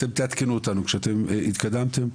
אתם תעדכנו אותנו שאתם התקדמתם,